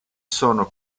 sono